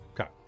okay